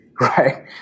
right